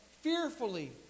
fearfully